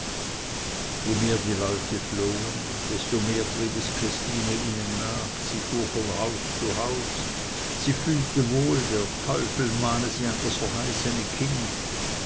je mehr die leute flohen desto mehr trieb es christine ihnen nach sie fuhr von haus zu haus sie fühlte wohl der teufel mahne sie an das verheißene kind